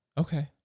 Okay